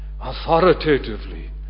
authoritatively